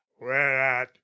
whereat